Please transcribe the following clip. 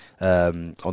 on